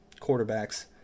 quarterbacks